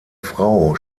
frau